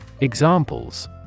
Examples